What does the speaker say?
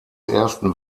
ersten